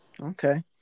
Okay